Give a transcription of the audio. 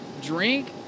drink